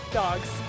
dogs